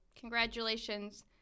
congratulations